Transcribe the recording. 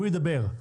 הוא ידבר.